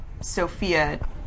Sophia